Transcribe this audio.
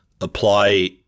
apply